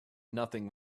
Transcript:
nothing